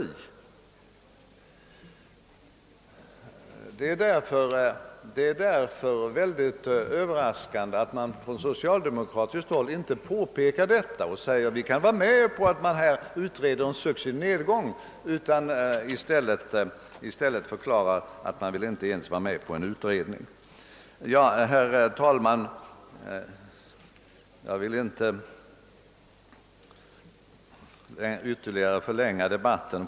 Det är därför överraskande att man från socialdemokratiskt håll inte påpekar detta och går med på att utreda frågan om en successiv nedgång, utan i stället förklarar att man inte ens vill gå med på en utredning. Herr talman! Jag vill inte förlänga debatten.